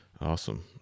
Awesome